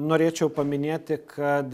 norėčiau paminėti kad